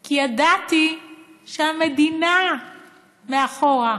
כי ידעתי שהמדינה מאחור.